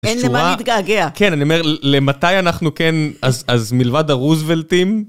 אין למה להתגעגע. כן, אני אומר, למתי אנחנו כן... אז מלבד הרוזוולטים...